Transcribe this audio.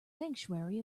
sanctuary